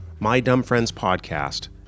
MyDumbFriendsPodcast